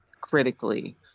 critically